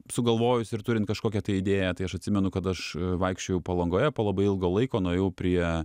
sugalvojus ir turint kažkokią tai idėją tai aš atsimenu kad aš vaikščiojau palangoje po labai ilgo laiko nuėjau prie